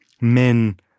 men